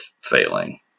failing